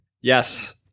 Yes